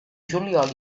juliol